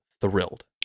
thrilled